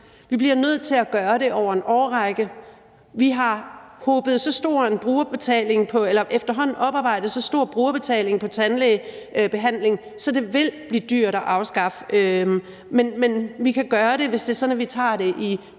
vi bliver nødt til at gøre det over en årrække. Vi har efterhånden oparbejdet så stor en brugerbetaling på tandlægebehandling, at det vil blive dyrt at afskaffe, men vi kan gøre det, hvis det er sådan, at vi tager det i